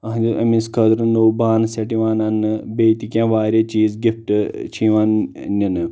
أہنٛدِ أمِس خٲطرٕ نوٚو بانہٕ شٮ۪ٹ یِوان اننہٕ بیٚیہِ تہِ کینٛہہ واریاہ چیٖز گفٹہٕ چھِ یِوان ننہٕ